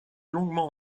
longuement